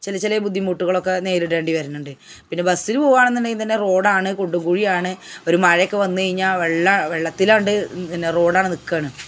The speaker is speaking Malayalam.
ചിലചില ബുദ്ധിമുട്ടുകളൊക്കെ നേരിടേണ്ടിവരുന്നുണ്ട് പിന്നെ ബസ്സിൽ പോകാണെന്നുണ്ടെങ്ങിൽ തന്നെ റോഡാണ് കുണ്ടുംകുഴിയാണ് ഒരു മഴയൊക്കെ വന്നു കഴിഞ്ഞാൽ വെള്ള വെള്ളത്തിലാണ്ട് എന്നാൽ റോഡാണ് നിൽക്കുകയാണ്